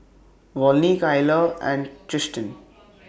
Volney Kyler and Tristin